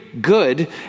good